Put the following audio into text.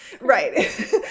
right